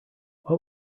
what